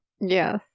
Yes